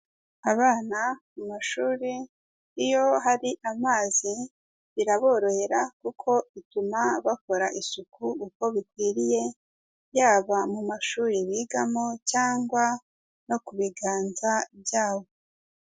Abana mu mashuri iyo hari amazi biraborohera kuko bituma bakora isuku uko bikwiriye, yaba mu mashuri bigamo cyangwa no ku biganza byabo.